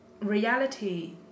reality